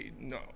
no